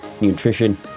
nutrition